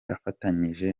afatanyije